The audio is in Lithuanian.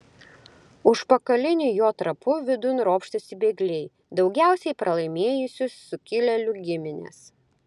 užpakaliniu jo trapu vidun ropštėsi bėgliai daugiausiai pralaimėjusių sukilėlių giminės